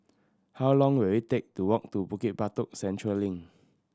how long will it take to walk to Bukit Batok Central Link